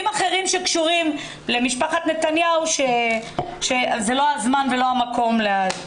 אחרים שקשורים למשפחת נתניהו זה לא הזמן ולא המקום לדבר עליהם.